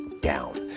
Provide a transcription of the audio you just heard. down